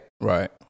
right